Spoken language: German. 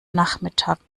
nachmittag